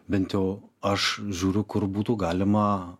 bent jau aš žiūriu kur būtų galima